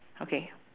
okay